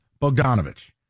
Bogdanovich